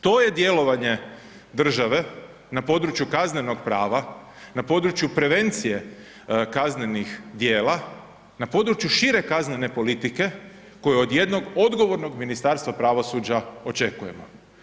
To je djelovanje države na području kaznenog prava, na području prevencije kaznenih djela, na području šire kaznene politike koje od jednog odgovornog Ministarstva pravosuđa očekujemo.